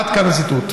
עד כאן הציטוט.